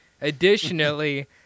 Additionally